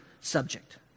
subject